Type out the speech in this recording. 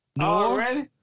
Already